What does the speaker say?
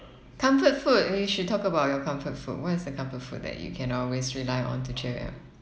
comfort food you should talk about your comfort food what is the comfort food that you can always rely on to cheer you up